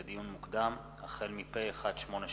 לדיון מוקדם: החל בהצעת חוק פ/1878/18